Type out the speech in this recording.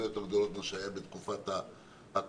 יותר גדולות ממה שהיה בתקופת הקורונה,